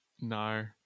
No